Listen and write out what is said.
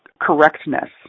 correctness